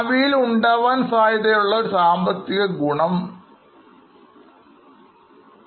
ഭാവിയിൽ ഉണ്ടാവാൻ സാധ്യതയുള്ള ഒരു സാമ്പത്തിക ഗുണമാണ്